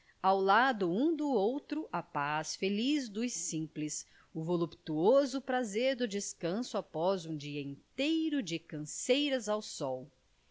ao lado um do outro a paz feliz dos simples o voluptuoso prazer do descanso após um dia inteiro de canseiras ao sol